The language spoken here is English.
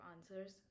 answers